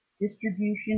distribution